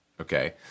okay